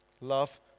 Love